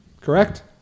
Correct